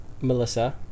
Melissa